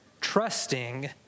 trusting